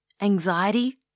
Anxiety